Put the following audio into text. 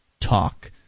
talk